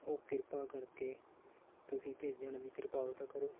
ਉਹ ਕਿਰਪਾ ਕਰਕੇ ਤੁਸੀਂ ਭੇਜਣ ਦੀ ਕਿਰਪਾਲਤਾ ਕਰੋ